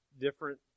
different